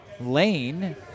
lane